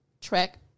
track